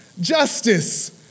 Justice